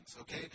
okay